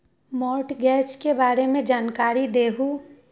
Mortgage के बारे में जानकारी देहु?